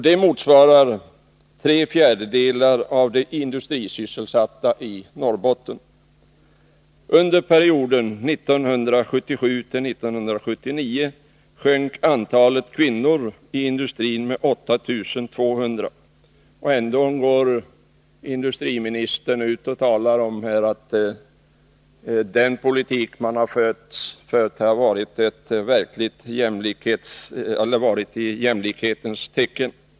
Det motsvarar tre fjärdedelar av de industrisysselsatta i Norrbotten. Under perioden 1977-1979 minskade antalet kvinnor i industrin med 8 200. Ändå talar industriministern här om att man har fört en politik i jämlikhetens tecken.